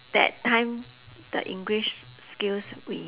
that time the english skills we